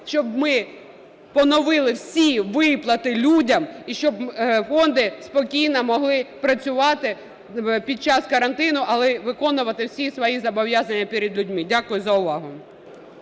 щоб ми поновили всі виплати людям і щоб фонди спокійно могли працювати під час карантину, але і виконувати всі свої зобов'язання перед людьми. Дякую за увагу.